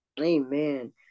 Amen